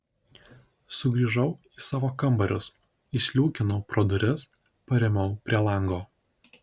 sugrįžau į savo kambarius įsliūkinau pro duris parimau prie lango